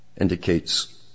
indicates